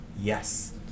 Yes